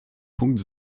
punkt